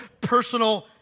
personal